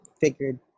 figured